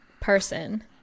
person